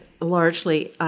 largely